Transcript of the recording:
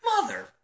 mother